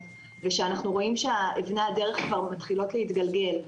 ושאנחנו רואים שאבני הדרך כבר מתחילות להתגלגל,